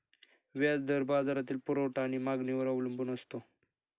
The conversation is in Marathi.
व्याज दर बाजारातील पुरवठा आणि मागणीवर अवलंबून असतो